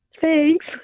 Thanks